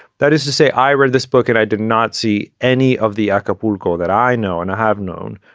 that is to say, i read this book and i did not see any of the acapulco that i know and i have known.